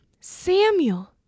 Samuel